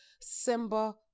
Simba